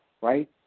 right